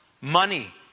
money